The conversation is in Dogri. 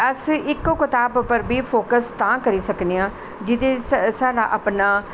अस इक कताब पर बी फोक्स तां करी सकने आं जे ते साढ़ा अपनां